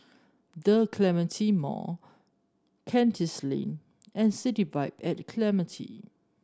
The Clementi Mall Kandis Lane and City Vibe at Clementi